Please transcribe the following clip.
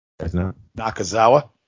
Nakazawa